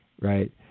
right